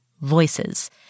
voices